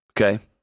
okay